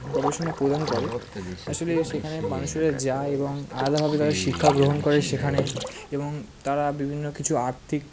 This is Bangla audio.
গবেষণা প্রদান করে আসলে সেখানে মানুষেরা যায় এবং আলাদাভাবে তারা শিক্ষা গ্রহণ করে সেখানে এবং তারা বিভিন্ন কিছু আর্থিক